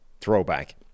throwback